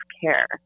care